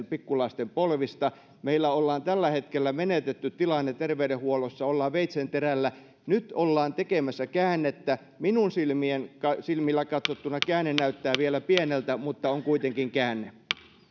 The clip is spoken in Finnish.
pikkulasten polvista meillä ollaan tällä hetkellä menetetty tilanne terveydenhuollossa ja ollaan veitsenterällä nyt ollaan tekemässä käännettä minun silmilläni katsottuna käänne näyttää vielä pieneltä mutta on kuitenkin käänne